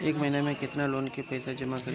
एक महिना मे केतना लोन क पईसा जमा करे क होइ?